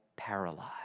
Paralyzed